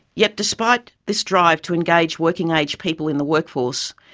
yet despite this drive to engage working age people in the workforce,